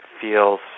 feels